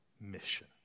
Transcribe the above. mission